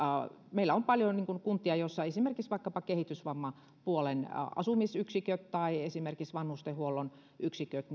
meillä on paljon kuntia joissa esimerkiksi vaikkapa kehitysvammapuolen asumisyksiköt tai vanhustenhuollon yksiköt